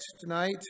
tonight